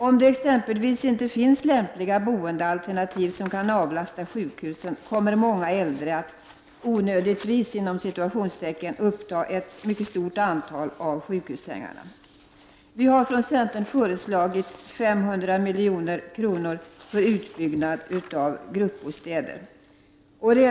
Om det exempelvis inte finns lämpliga boendealternativ som kan avlasta sjukhusen, kommer många äldre att ”onödigtvis” uppta ett mycket stort antal sjukhussängar. Vi har från centern föreslagit 500 miljoner till utbyggnad av gruppbostäder.